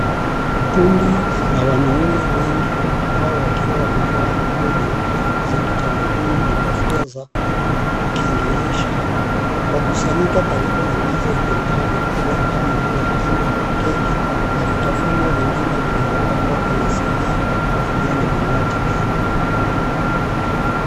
Kundi la wanaume wengi wao wakiwa wamevaa nguo nyeupe za kitamaduni na kofia za kukirihisha wakusanyika karibu na meza iliyojaa vyakula kama vile tende, keki na vitafunwa vingine vilivyopangwa kwenye sinia iliyo na vinywaji pia.